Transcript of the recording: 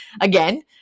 again